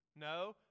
No